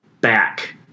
back